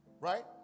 Right